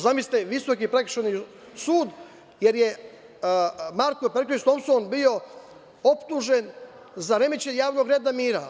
Zamislite Visoki prekršajni sud, jer Marko Perković Tompson bio optužen za remećenje javnog reda i mira.